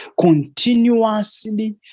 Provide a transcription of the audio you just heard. continuously